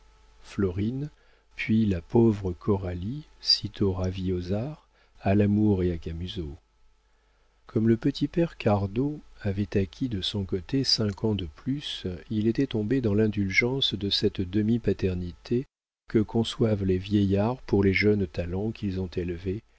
florine puis la pauvre coralie sitôt ravie aux arts à l'amour et à camusot comme le petit père cardot avait acquis de son côté cinq ans de plus il était tombé dans l'indulgence de cette demi paternité que conçoivent les vieillards pour les jeunes talents qu'ils ont élevés